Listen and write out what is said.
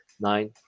nine